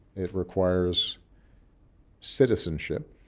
it requires citizenship.